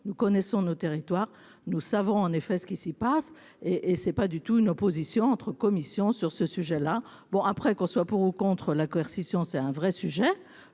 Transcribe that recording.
nous connaissons nos territoires, nous savons en effet ce qui s'y passe et et c'est pas du tout une opposition entre commissions sur ce sujet-là, bon, après, qu'on soit pour ou contre la coercition, c'est un vrai sujet,